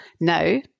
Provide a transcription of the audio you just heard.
now